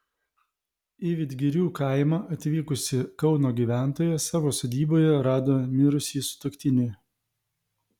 į vidgirių kaimą atvykusi kauno gyventoja savo sodyboje rado mirusį sutuoktinį